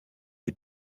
des